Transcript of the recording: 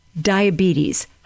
diabetes